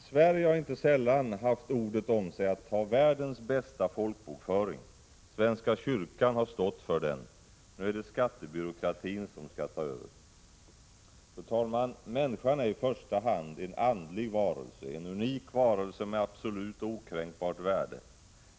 Sverige har inte sällan haft ordet om sig att ha världens bästa folkbokföring. Svenska kyrkan har stått för den. Nu är det skattebyråkratin som skall ta över. Fru talman! Människan är i första hand en andlig varelse, en unik varelse med absolut och okränkbart värde.